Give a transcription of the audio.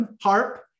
harp